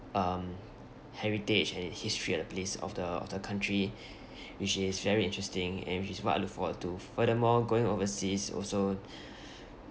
um heritage and history of the place of the of the country which is very interesting and which is what I look forward to furthermore going overseas also